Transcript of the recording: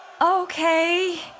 okay